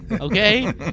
Okay